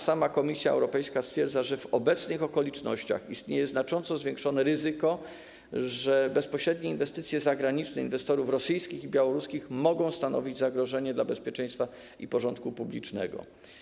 Sama Komisja Europejska stwierdziła, że w obecnych okolicznościach istnieje znacząco zwiększone ryzyko, że bezpośrednie inwestycje zagraniczne inwestorów rosyjskich i białoruskich mogą stanowić zagrożenie dla bezpieczeństwa i porządku publicznego.